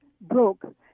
broke